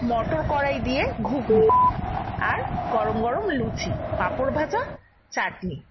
মটর কড়াই দিয়ে ঘুগনি আর গরম গরম লুচি পাঁপড় ভাজা চাটনি